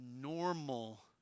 normal